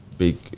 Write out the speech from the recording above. Big